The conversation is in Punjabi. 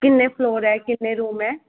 ਕਿੰਨੇ ਫਲੋਰ ਹੈ ਕਿੰਨੇ ਰੂਮ ਹੈ